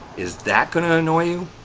is that going to annoy you?